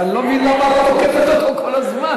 אני לא מבין למה את תוקפת אותו כל הזמן.